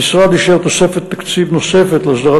המשרד אישר תוספת תקציב נוספת להסדרת